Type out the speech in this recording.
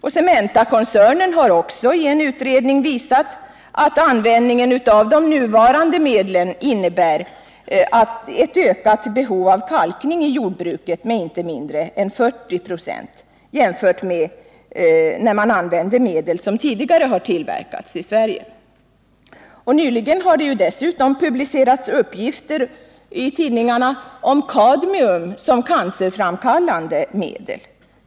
Cementakoncernen har också i en utredning visat att användningen av de nuvarande medlen innebär ett ökat behov av kalkning i jordbruket med inte mindre än 40 96 jämfört med när man använde medel som tidigare tillverkats i Sverige. Nyligen har det publicerats uppgifter om kadmium som cancerframkallande medel.